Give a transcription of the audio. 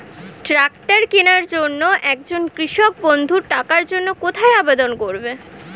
Tractor কিনার জন্য একজন কৃষক বন্ধু টাকার জন্য কোথায় আবেদন করবে?